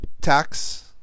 tax